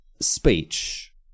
speech